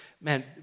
man